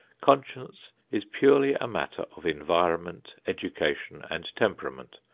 conscience is purely a matter of environment, education and temperament,